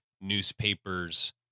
newspapers